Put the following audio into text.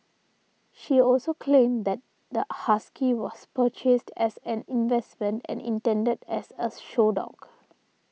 she also claimed that the husky was purchased as an investment and intended as a show dog